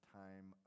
time